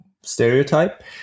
stereotype